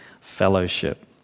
fellowship